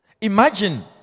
Imagine